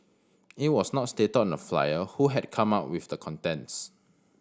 it was not stated on the flyer who had come up with the contents